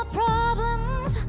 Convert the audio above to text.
problems